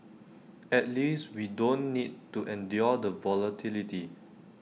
at least we don't need to endure the volatility